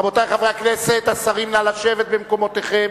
רבותי חברי הכנסת, השרים, נא לשבת במקומותיכם.